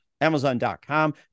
Amazon.com